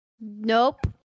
Nope